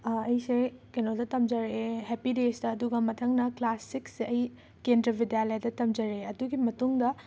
ꯑꯩꯁꯦ ꯀꯩꯅꯣꯗ ꯇꯝꯖꯔꯛꯑꯦ ꯍꯦꯄꯤ ꯗꯦꯁꯇ ꯑꯗꯨꯒ ꯃꯊꯪꯅ ꯀ꯭ꯂꯥꯁ ꯁꯤꯛꯁꯁꯦ ꯑꯩ ꯀꯦꯟꯗ꯭ꯔ ꯕꯤꯗ꯭ꯌꯥꯂꯦꯗ ꯇꯝꯖꯔꯛꯑꯦ ꯑꯗꯨꯒꯤ ꯃꯇꯨꯡꯗ